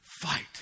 fight